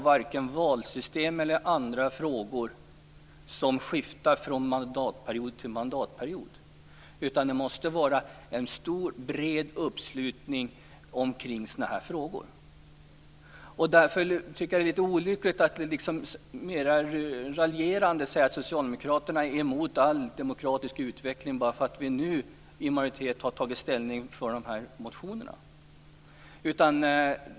Valsystemet och andra frågor kan inte förändras från mandatperiod till mandatperiod, utan det måste vara en bred uppslutning kring sådana frågor. Därför tycker jag att det är litet olyckligt att man raljerande säger att Socialdemokraterna är emot all demokratisk utveckling bara för att vi nu i majoritet har tagit ställning mot dessa motioner.